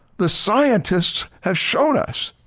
the scientists have shown us,